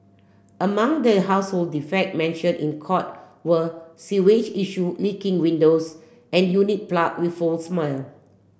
among the household defect mentioned in court were sewage issue leaking windows and unit plague with foul smell